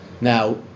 now